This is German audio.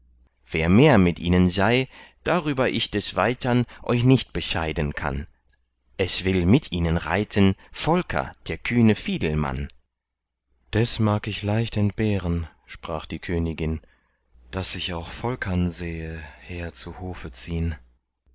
wer mehr mit ihnen sei darüber ich des weitern euch nicht bescheiden kann es will mit ihnen reiten volker der kühne fiedelmann des mag ich leicht entbehren sprach die königin daß ich auch volkern sähe her zu hofe ziehn